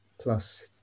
plus